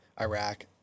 iraq